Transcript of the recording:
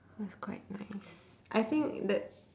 was quite nice I think the